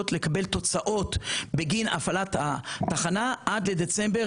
לקבל תוצאות בגין הפעלת התחנה עד לדצמבר